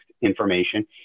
information